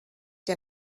der